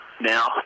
now